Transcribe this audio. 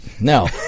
No